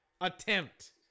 attempt